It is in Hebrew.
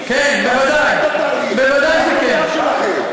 בוודאי שכן.